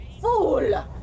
Fool